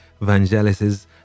Vangelis's